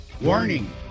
warning